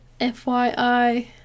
FYI